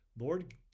Lord